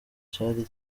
cari